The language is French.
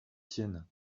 tienne